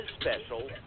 special